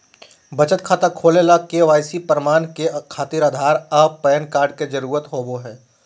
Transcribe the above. बचत खाता खोले ला के.वाइ.सी प्रमाण के खातिर आधार आ पैन कार्ड के जरुरत होबो हइ